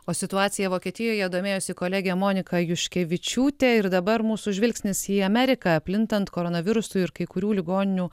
o situacija vokietijoje domėjosi kolegė monika juškevičiūtė ir dabar mūsų žvilgsnis į ameriką plintant koronavirusui ir kai kurių ligoninių